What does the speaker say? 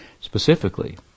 specifically